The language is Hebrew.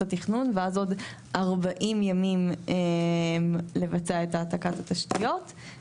התכנון ואז עוד 40 ימים לבצע את העתקת התשתיות.